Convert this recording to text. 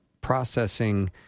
processing